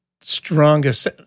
strongest